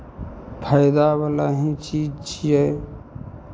फाइदावला ही चीज छियै